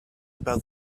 about